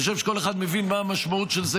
אני חושב שכל אחד מבין מה המשמעות של זה